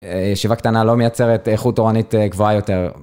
ישיבה קטנה לא מייצרת איכות תורנית גבוהה יותר.